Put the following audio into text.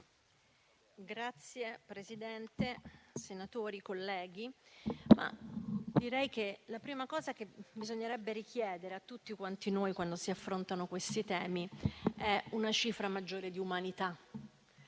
Signor Presidente, senatori colleghi, direi che la prima cosa che bisognerebbe richiedere a tutti noi, quando si affrontano questi temi, è una cifra maggiore di umanità.